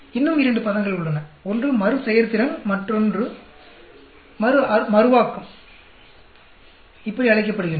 இன்னும் இரண்டு பதங்கள் உள்ளன ஒன்று மறுசெயற்திறன் என்றும் மற்றொன்று மறுவாக்கம் என்றும் அழைக்கப்படுகிறது